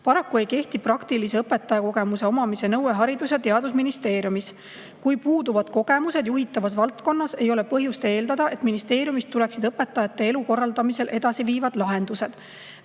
Paraku ei kehti praktilise õpetajakogemuse omamise nõue Haridus- ja Teadusministeeriumis. Kui puuduvad kogemused juhitavas valdkonnas, ei ole põhjust eeldada, et ministeeriumist tuleksid õpetajate elu korraldamisel edasi viivad lahendused.